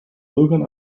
bürgern